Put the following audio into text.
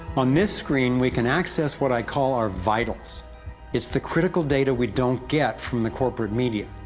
on this screen we can access what i call our vitals it's the critical data we don't get from the corporate media,